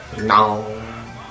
No